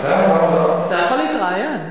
אתה יכול להתראיין.